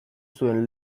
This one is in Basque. zuen